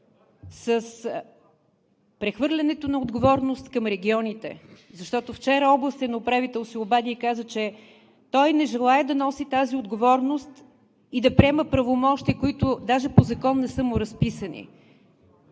с прехвърлянето на отговорност към регионите? Защото вчера областен управител се обади и каза, че той не желае да носи тази отговорност и да приема правомощия, които даже по закон не са му разписани.